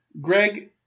Greg